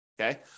Okay